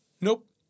Nope